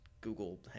Google